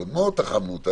מאוד תחמנו אותה,